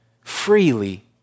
freely